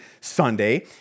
Sunday